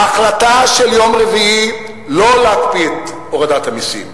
ההחלטה של יום רביעי לא להקפיא את הורדת המסים,